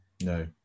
No